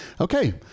Okay